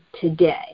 today